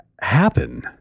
happen